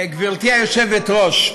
גברתי היושבת-ראש,